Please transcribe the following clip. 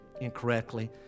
incorrectly